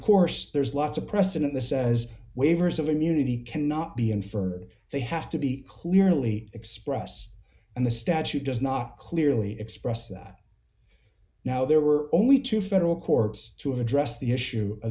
course there's lots of precedent the says waivers of immunity cannot be inferred they have to be clearly express and the statute does not clearly express that now there were only two federal courts to address the issue of